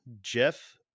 jeff